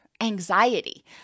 anxiety